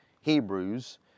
Hebrews